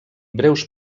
breus